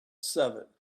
seven